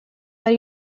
are